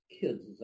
kids